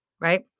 right